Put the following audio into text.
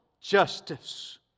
justice